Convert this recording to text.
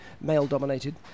male-dominated